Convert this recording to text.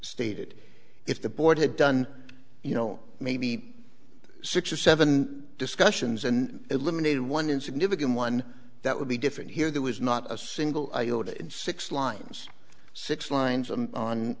stated if the board had done you know maybe six or seven discussions and eliminated one insignificant one that would be different here that was not a single iota in six lines six lines